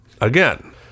Again